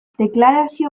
deklarazio